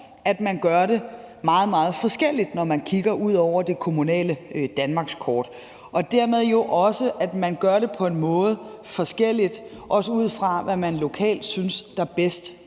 at det gøres meget, meget forskelligt, når man kigger ud over det kommunale danmarkskort, og dermed er det jo også sådan, at man gør det på forskellige måder, ud fra hvad man lokalt synes giver bedst